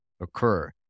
occur